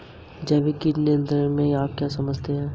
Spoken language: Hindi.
जैविक कीट नियंत्रण से आप क्या समझते हैं?